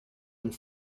and